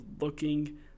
looking